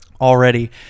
Already